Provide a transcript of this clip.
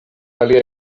aliaj